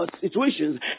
situations